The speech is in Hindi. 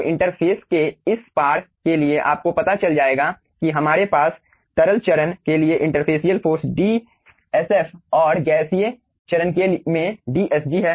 तो इंटरफ़ेस के इस पार के लिए आपको पता चल जाएगा कि हमारे पास तरल चरण के लिए इंटरफेसियल फ़ोर्स dsf और गैसीय चरण में dsg हैं